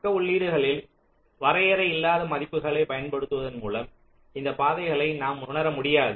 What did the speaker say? பக்க உள்ளீடுகளில் வரையறை இல்லாத மதிப்புகளைப் பயன்படுத்துவதன் மூலம் இந்த பாதைகளை நாம் உணர முடியாது